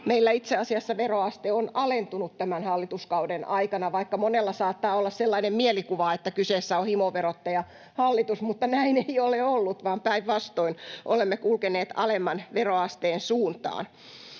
meillä itse asiassa veroaste on alentunut tämän hallituskauden aikana, vaikka monella saattaa olla sellainen mielikuva, että kyseessä on himoverottajahallitus, mutta näin ei ole ollut, vaan päinvastoin olemme kulkeneet alemman veroasteen suuntaan